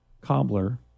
Cobbler